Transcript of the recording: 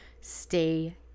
stay